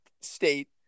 State